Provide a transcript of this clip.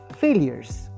failures